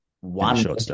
one